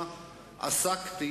הם יושבים ושותקים.